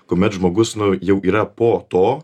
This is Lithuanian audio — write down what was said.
kuomet žmogus nu jau yra po to